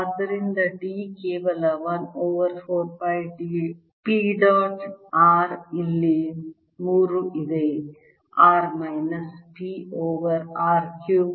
ಆದ್ದರಿಂದ D ಕೇವಲ 1 over 4 pi P dot r ಇಲ್ಲಿ 3 ಇದೆ R minus P over r cubed